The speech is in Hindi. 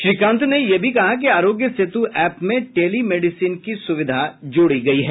श्री कांत ने यह भी कहा कि आरोग्य सेतु ऐप में टेलीमेडिसिन की सुविधा जोड़ी गई है